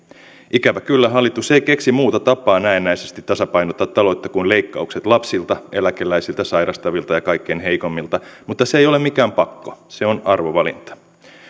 ikävä kyllä hallitus ei keksi muuta tapaa näennäisesti tasapainottaa taloutta kuin leikkaukset lapsilta eläkeläisiltä sairastavilta ja kaikkein heikoimmilta mutta se ei ole mikään pakko se on arvovalinta